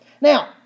Now